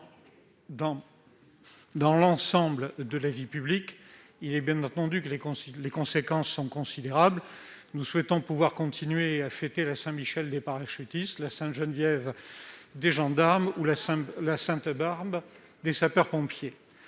dans l'ensemble de leur vie publique. Bien entendu, les conséquences de son adoption seraient considérables. Nous souhaitons pouvoir continuer à fêter la Saint-Michel des parachutistes, la Sainte-Geneviève des gendarmes ou la Sainte-Barbe des sapeurs-pompiers